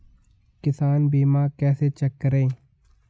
किसान बीमा कैसे चेक करें?